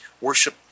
worship